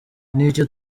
nicyo